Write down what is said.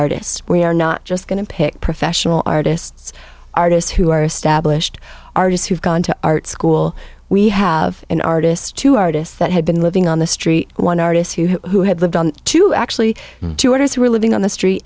artists we are not just going to pick professional artists artists who are established artists who've gone to art school we have an artist two artists that had been living on the street one artist who had lived to actually two others who were living on the street